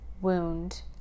wound